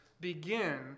begin